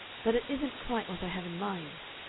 but it isn't quite what i have in mind.